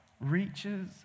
reaches